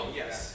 yes